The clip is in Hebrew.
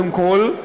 קודם כול,